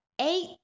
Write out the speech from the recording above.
eight